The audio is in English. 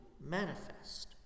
manifest